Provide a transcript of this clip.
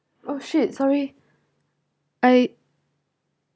oh shit sorry I